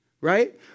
right